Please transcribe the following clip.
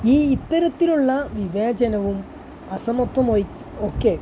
ഈ ഇത്തരത്തിലുള്ള വിവേചനവും അസമത്വമായി ഒക്കെ